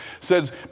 Says